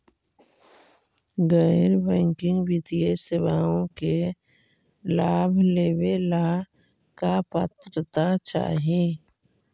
गैर बैंकिंग वित्तीय सेवाओं के लाभ लेवेला का पात्रता चाही?